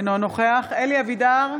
אינו נוכח אלי אבידר,